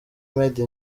made